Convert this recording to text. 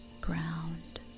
ground